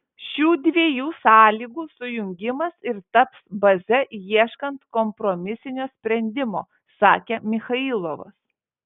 šių dviejų sąlygų sujungimas ir taps baze ieškant kompromisinio sprendimo sakė michailovas